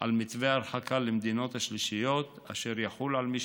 על מתווה הרחקה למדינות השלישיות אשר יחול על מי